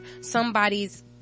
somebody's